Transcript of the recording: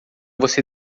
você